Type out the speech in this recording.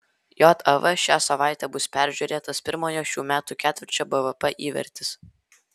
jav šią savaitę bus peržiūrėtas pirmojo šių metų ketvirčio bvp įvertis